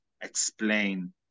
explain